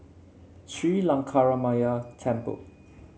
Sri Lankaramaya Temple